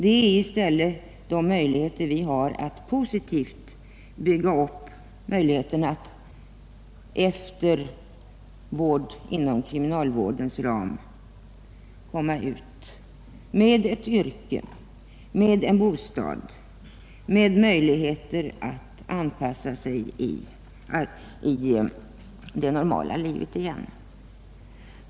Det är i stället de möjligheter vi har att positivt bygga upp den intagnes förutsättningar att efter vård inom kriminalvårdens ram komma ut med ett yrke, med en bostad och med möjligheter att anpassa sig i det normala livet.